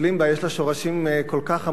יש לה שורשים כל כך עמוקים,